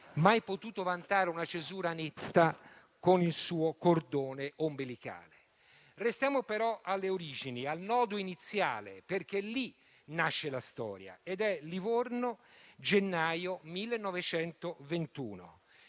mai potuto vantare una cesura netta del cordone ombelicale. Restiamo però alle origini, al nodo iniziale, perché lì nasce la storia: a Livorno, nel gennaio 1921.